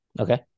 okay